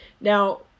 Now